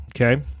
Okay